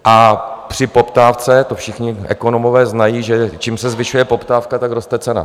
A při poptávce, to všichni ekonomové znají, že čím se zvyšuje poptávka, tak roste cena.